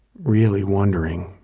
really wondering,